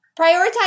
prioritize